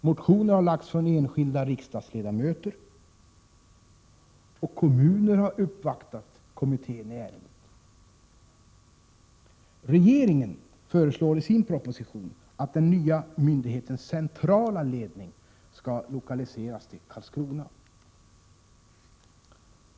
Motioner har väckts av enskilda riksdagsledamöter, och kommuner har uppvaktat kommittén i ärendet. Regeringen föreslår i sin proposition att den nya myndighetens centrala ledning skall lokaliseras till Karlskrona.